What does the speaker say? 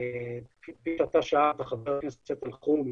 כפי שאתה שאלת, חבר הכנסת אלחרומי,